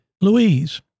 Louise